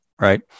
right